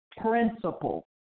principle